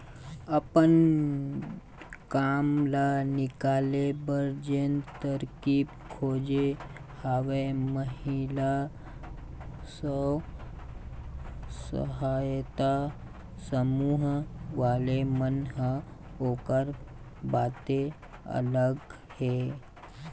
अपन काम ल निकाले बर जेन तरकीब खोजे हवय महिला स्व सहायता समूह वाले मन ह ओखर बाते अलग हे